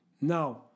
Now